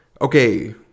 okay